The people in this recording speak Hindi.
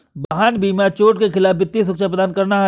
वाहन बीमा चोट के खिलाफ वित्तीय सुरक्षा प्रदान करना है